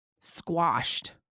squashed